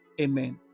Amen